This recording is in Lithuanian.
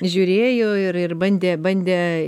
žiūrėjo ir ir bandė bandė